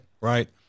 Right